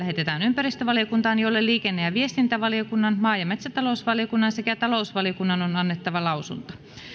ympäristövaliokuntaan jolle liikenne ja viestintävaliokunnan maa ja metsätalousvaliokunnan sekä talousvaliokunnan on annettava lausunto